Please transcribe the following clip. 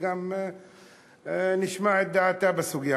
שגם נשמע את דעתה בסוגיה.